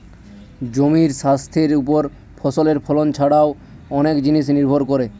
জমির স্বাস্থ্যের ওপর ফসলের ফলন ছারাও অনেক জিনিস নির্ভর করে